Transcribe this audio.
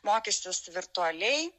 mokysis virtualiai